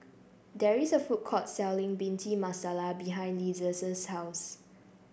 there is a food court selling Bhindi Masala behind Liza's house